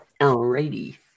Alrighty